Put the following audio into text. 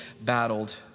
battled